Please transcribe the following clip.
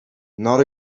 not